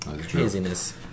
craziness